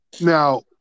Now